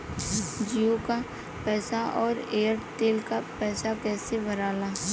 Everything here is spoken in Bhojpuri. जीओ का पैसा और एयर तेलका पैसा कैसे भराला?